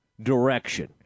direction